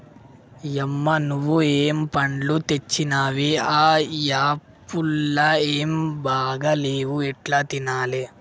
యమ్మ నువ్వు ఏం పండ్లు తెచ్చినవే ఆ యాపుళ్లు ఏం బాగా లేవు ఎట్లా తినాలే